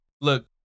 Look